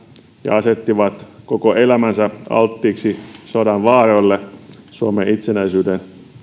ja asettivat koko elämänsä alttiiksi sodan vaaroille suomen itsenäisyyden